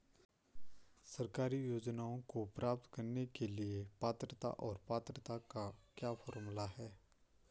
सरकारी योजनाओं को प्राप्त करने के लिए पात्रता और पात्रता का क्या फार्मूला है?